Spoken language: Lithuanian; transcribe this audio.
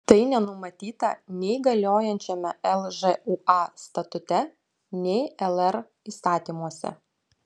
tai nenumatyta nei galiojančiame lžūa statute nei lr įstatymuose